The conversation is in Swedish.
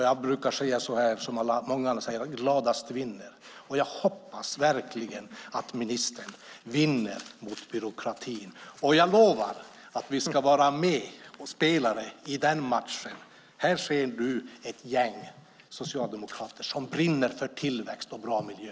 Jag brukar säga att gladast vinner, och jag hoppas verkligen att ministern vinner mot byråkratin. Jag lovar att vi ska vara medspelare i den matchen. Här ser du, Andreas Carlgren, ett gäng socialdemokrater som brinner för tillväxt och bra miljö.